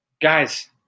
guys